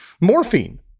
morphine